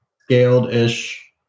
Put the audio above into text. scaled-ish